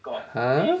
!huh!